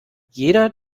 jeder